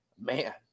man